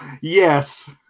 Yes